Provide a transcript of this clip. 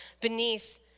beneath